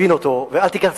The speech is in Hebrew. ואל תיקח את זה באופן אישי.